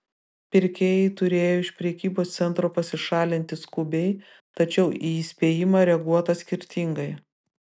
pirkėjai turėjo iš prekybos centro pasišalinti skubiai tačiau į įspėjimą reaguota skirtingai